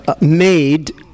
made